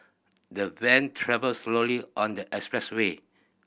the van travelled slowly on the expressway